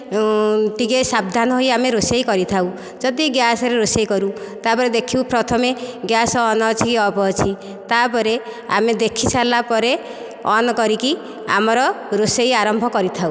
ଟିକିଏ ସାବଧାନ ହୋଇ ଆମେ ରୋଷେଇ କରିଥାଉ ଯଦି ଗ୍ୟାସ୍ରେ ରୋଷେଇ କରୁ ତା'ପରେ ଦେଖିବୁ ପ୍ରଥମେ ଗ୍ୟାସ୍ ଅନ୍ ଅଛି କି ଅଫ୍ ଅଛି ତା'ପରେ ଆମେ ଦେଖିସାରିଲା ପରେ ଅନ୍ କରିକି ଆମର ରୋଷେଇ ଆରମ୍ଭ କରିଥାଉ